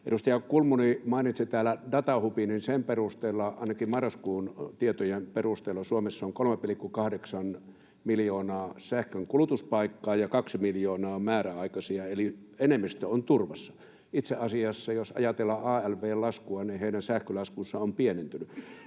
Edustaja Kulmuni mainitsi täällä datahubin, ja sen perusteella — ainakin marraskuun tietojen perusteella — Suomessa on 3,8 miljoonaa sähkönkulutuspaikkaa ja kaksi miljoonaa on määräaikaisia, eli enemmistö on turvassa. Itse asiassa, jos ajatellaan alv:n laskua, heidän sähkölaskunsa on pienentynyt.